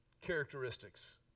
characteristics